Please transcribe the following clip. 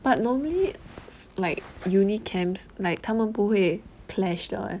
but normally like uni camps like 他们不会 clashed 的 leh